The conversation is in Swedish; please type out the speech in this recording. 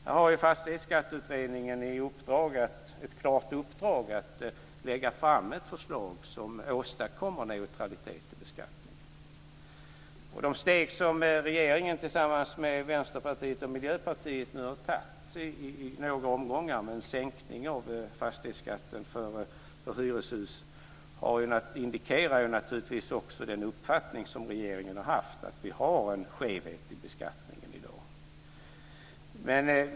Här har Fastighetsskatteutredningen ett klart uppdrag att lägga fram ett förslag som åstadkommer neutralitet i beskattningen. De steg som regeringen tillsammans med Vänsterpartiet och Miljöpartiet nu har tagit i några omgångar med en sänkning av fastighetsskatten för hyreshus indikerar naturligtvis också den uppfattning som regeringen har haft - det finns en skevhet i beskattningen i dag.